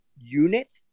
unit